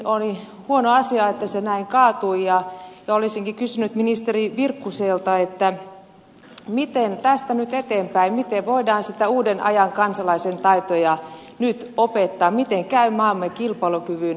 oli huono asia että tämä tuntijakouudistus näin kaatui ja olisinkin kysynyt ministeri virkkuselta miten tästä nyt eteenpäin miten voidaan uuden ajan kansalaisen taitoja nyt opettaa miten käy maamme kilpailukyvyn